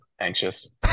anxious